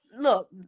look